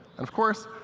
and of course,